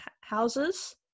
houses